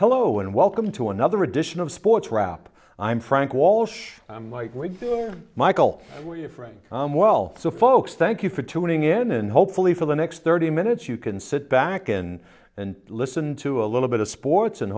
hello and welcome to another edition of sports wrap i'm frank walsh michael moore for a while so folks thank you for tuning in and hopefully for the next thirty minutes you can sit back and and listen to a little bit of sports and